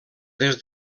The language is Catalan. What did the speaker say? des